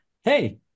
hey